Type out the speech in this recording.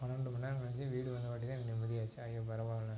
பன்னெண்டு மணி நேரம் கழிச்சு வீடு வந்தவாட்டி தான் எனக்கு நிம்மதியாச்சு ஐயோ பரவாயில்லை